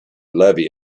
levy